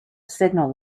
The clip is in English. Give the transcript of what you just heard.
signal